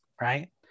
right